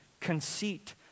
conceit